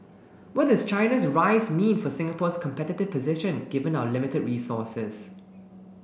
what does China's rise mean for Singapore's competitive position given our limited resources